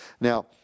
Now